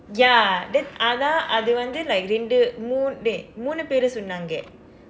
ya then ஆனா அது வந்து:aanaaa athu vandthu like இரண்டு மூன்று மூன்று பேர் சொன்னாங்க:irandu muunru muunru peer sonnaangka